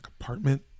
apartment